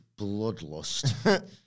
bloodlust